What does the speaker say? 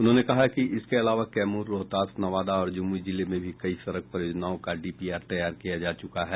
उन्होंने कहा कि इसके अलावा कैमूर रोहतास नवादा और जमुई जिले की भी कई सड़क परियोजनाओं का डीपीआर तैयार किया जा चुका है